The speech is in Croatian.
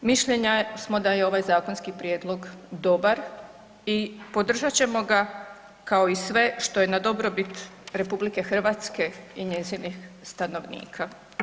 Mišljenja smo da je ovaj zakonski prijedlog dobar i podržat ćemo ga kao i sve što je na dobrobit RH i njezinih stanovnika.